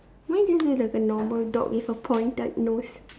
mine really like a normal dog with a pointed nose